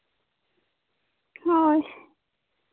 ᱦᱳᱭ